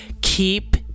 Keep